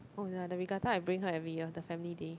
oh ya the Regatta I bring her every year the family day